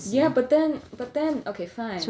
yeah but then but then okay fine